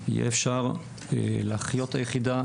יהיה אפשר להחיות את היחידה,